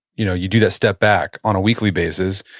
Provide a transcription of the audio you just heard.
you know, you do that step back on a weekly basis.